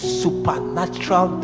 supernatural